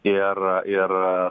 ir ir